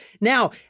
Now